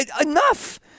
Enough